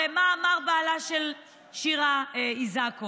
הרי מה אמר בעלה של שירה איסקוב?